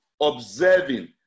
observing